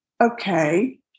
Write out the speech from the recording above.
okay